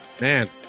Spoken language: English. man